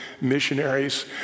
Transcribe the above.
missionaries